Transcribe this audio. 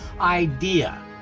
idea